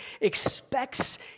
expects